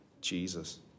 Jesus